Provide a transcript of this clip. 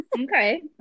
Okay